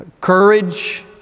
Courage